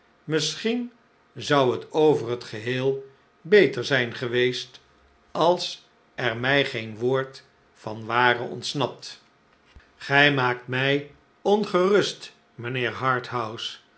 misschien zou net over het geheel beter zijn geweest als er mij geen woord van ware ontsnapt grij maakt mij ongerust